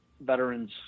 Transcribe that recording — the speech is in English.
veterans